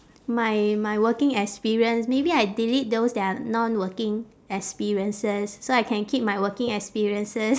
my my working experience maybe I delete those that are non working experiences so I can keep my working experiences